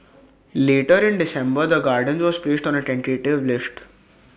later in December the gardens was placed on A tentative list